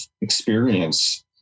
experience